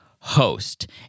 Host